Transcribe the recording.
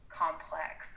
complex